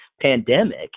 pandemic